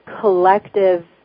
collective